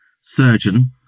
surgeon